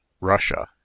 russia